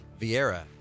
Vieira